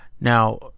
Now